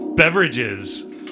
Beverages